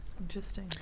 interesting